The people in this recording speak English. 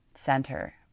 center